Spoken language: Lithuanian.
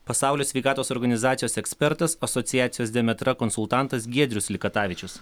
pasaulio sveikatos organizacijos ekspertas asociacijos demetra konsultantas giedrius likatavičius